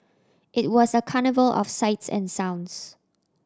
it was a carnival of sights and sounds